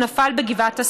שנפל בגבעת אסף.